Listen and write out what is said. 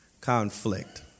conflict